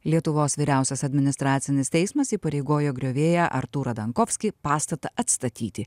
lietuvos vyriausias administracinis teismas įpareigojo griovėją artūrą dankofskį pastatą atstatyti